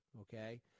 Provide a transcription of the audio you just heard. Okay